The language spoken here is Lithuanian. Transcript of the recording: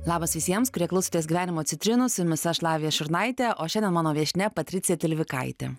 labas visiems kurie klostės gyvenimo citrinos jumis aš lavija šurnaitė o šiandien mano viešnia patricija tilvikaitė